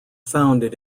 founded